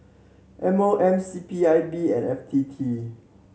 M O M C P I B and F T T